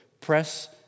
press